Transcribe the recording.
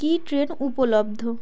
কী train উপলব্ধ